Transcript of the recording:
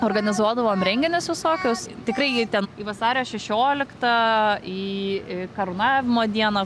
organizuodavom renginius visokius tikrai į ten į vasario šešioliktą į karūnavimo dieną